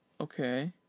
Okay